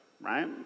right